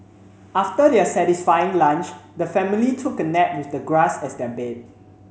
after their satisfying lunch the family took a nap with the grass as their bed